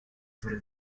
sobre